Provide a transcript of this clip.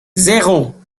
zéro